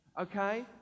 Okay